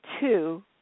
two